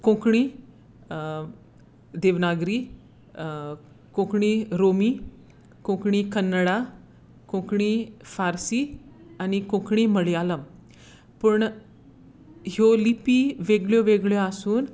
कोंकणी देवनागरी कोंकणी रोमी कोंकणी कन्नडा कोंकणी फारसी आनी कोंकणी मळ्याळम पूण ह्यो लिपी वेगळ्यो वेगळ्यो आसून